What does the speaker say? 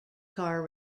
car